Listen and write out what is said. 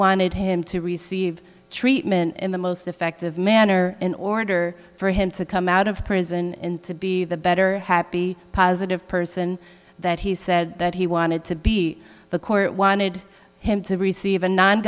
wanted him to receive treatment in the most effective manner in order for him to come out of prison and to be the better happy positive person that he said that he wanted to be the court wanted him to receive a n